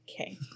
Okay